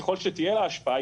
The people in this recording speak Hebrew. ככל שתהיה לה השפעה,